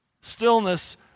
Stillness